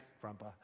grandpa